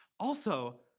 also,